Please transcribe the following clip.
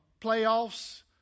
playoffs